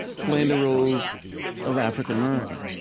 playing the roles of african americans,